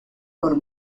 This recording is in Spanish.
por